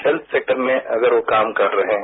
health sector में वो काम कर रहे हैं